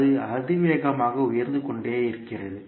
அது அதிவேகமாக உயர்ந்து கொண்டிருக்கிறது